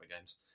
games